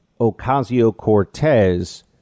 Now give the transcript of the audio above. Ocasio-Cortez